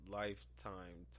lifetime